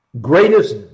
greatest